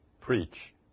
preach